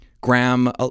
Graham